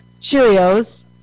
Cheerios